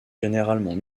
généralement